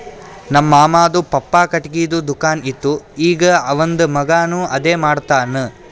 ನಮ್ ಮಾಮಾದು ಪಪ್ಪಾ ಖಟ್ಗಿದು ದುಕಾನ್ ಇತ್ತು ಈಗ್ ಅವಂದ್ ಮಗಾನು ಅದೇ ಮಾಡ್ತಾನ್